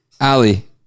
Ali